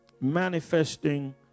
Manifesting